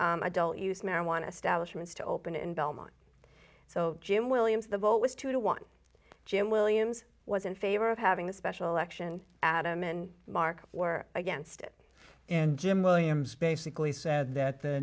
adult use marijuana establishment to open in belmont so jim williams the vote was two to one jim williams was in favor of having a special election adam and mark were against it and jim williams basically said that the